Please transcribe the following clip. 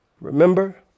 Remember